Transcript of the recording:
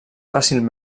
fàcil